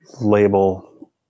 label